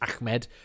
Ahmed